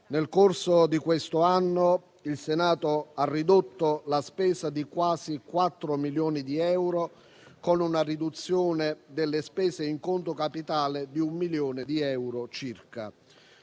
Nel corso di quest'anno il Senato ha ridotto la spesa di quasi 4 milioni di euro, con una diminuzione delle spese in conto capitale di circa un milione di euro.